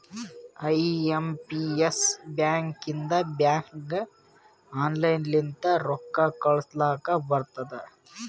I M P S ಬ್ಯಾಕಿಂದ ಬ್ಯಾಂಕ್ಗ online ಲಿಂತ ರೊಕ್ಕಾ ಕಳೂಸ್ಲಕ್ ಬರ್ತುದ್